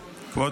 מקודמו.